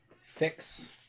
fix